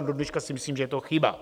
Dodneška si myslím, že to chyba.